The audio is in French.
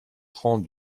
rangs